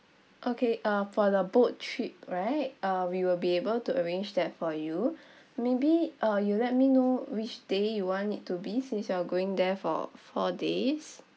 okay uh for the boat trip right uh we will be able to arrange that for you maybe uh you let me know which day you want it to be since you are going there for four days